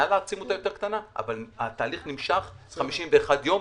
כלל העצימות הייתה יותר קטנה אבל התהליך נמשך 51 ימים,